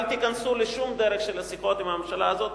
אל תיכנסו לשום דרך של שיחות עם הממשלה הזאת,